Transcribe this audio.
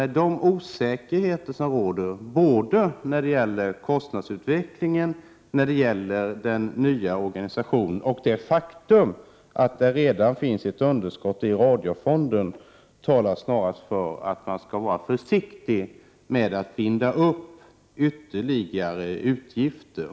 Den osäkerhet som råder, både när det gäller kostnadsutvecklingen och när det gäller den nya organisationen, och det faktum att det redan föreligger ett underskott i Radiofonden talar snarare för att man skall vara försiktig med att binda upp sig för ytterligare utgifter.